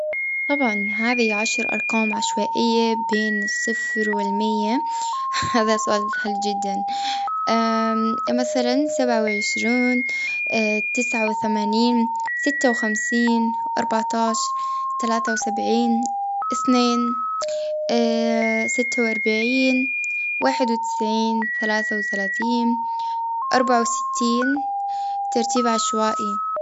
طبعاً، هذه عشر أرقام عشوائية، بين الصفر والمية، هذا سؤال سهل جداً. مثلا سبعة وعشرون، تسعة وثمانين، ستة وخمسين، أربعتاش، تلاتة وسبعين، اثنين، ستة وأربعين، واحد وتسعين، ثلاثة وثلاثين، أربعة وستين، ترتيب عشوائي.